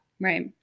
Right